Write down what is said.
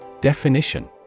Definition